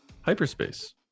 hyperspace